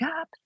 up